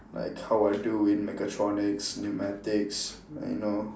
like how I do in mechatronics pneumatics and you know